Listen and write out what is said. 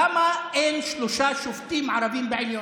למה אין שלושה שופטים ערבים בעליון?